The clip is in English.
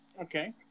Okay